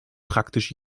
praktisch